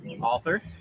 author